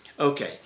Okay